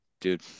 dude